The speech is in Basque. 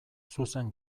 zuzen